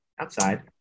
outside